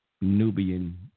Nubian